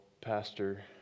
pastor